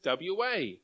WA